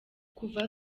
kuva